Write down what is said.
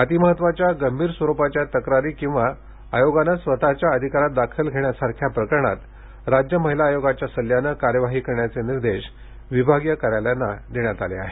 अतिमहत्त्वाच्या गंभीर स्वरूपाच्या तक्रारी किंवा आयोगानं स्वतःच्या अधिकारात दखल घेण्यासारख्या प्रकरणात राज्य महिला आयोगाच्या सल्ल्याने कार्यवाही करण्याचे निर्देश विभागीय कार्यालयांना देण्यात आले आहेत